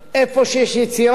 איפה שיש יצירה,